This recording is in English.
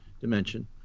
dimension